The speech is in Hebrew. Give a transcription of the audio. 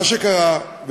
מה שקרה,